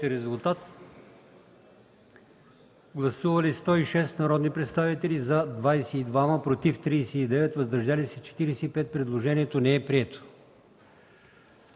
гласуване! Гласували 123 народни представители: за 39, против 77, въздържали се 7. Предложението не е прието.